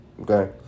Okay